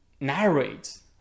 narrates